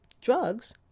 drugs